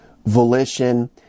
volition